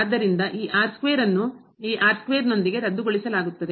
ಆದ್ದರಿಂದ ಈ ಅನ್ನು ಈ ನೊಂದಿಗೆ ರದ್ದುಗೊಳಿಸಲಾಗುತ್ತದೆ